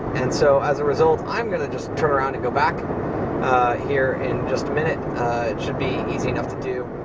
and so, as a result, i'm gonna just turn around and go back here in a just a minute. it should be easy enough to do.